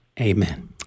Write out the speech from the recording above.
Amen